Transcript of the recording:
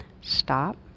Stop